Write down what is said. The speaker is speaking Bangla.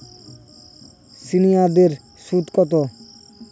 সিনিয়ারদের সুদ কত?